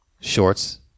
shorts